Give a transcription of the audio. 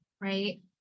right